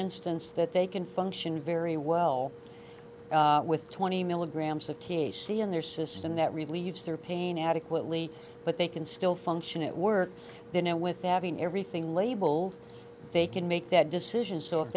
instance that they can function very well with twenty milligrams of t h c in their system that relieves their pain adequately but they can still function at work they know without being everything labeled they can make that decision so if